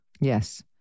Yes